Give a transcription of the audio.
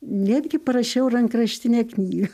netgi parašiau rankraštinę knygą